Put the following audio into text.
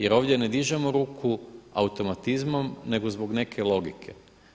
Jer ovdje ne dižemo ruku automatizmom nego zbog neke logike.